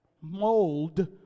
Mold